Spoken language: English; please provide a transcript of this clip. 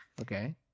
Okay